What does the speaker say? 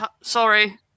Sorry